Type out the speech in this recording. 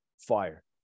fire